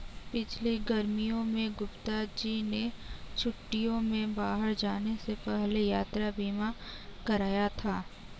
पिछली गर्मियों में गुप्ता जी ने छुट्टियों में बाहर जाने से पहले यात्रा बीमा कराया था